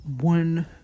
one